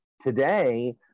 today